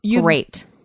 great